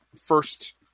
first